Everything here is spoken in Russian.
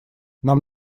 нам